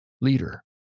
leader